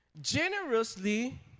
generously